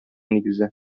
нигезе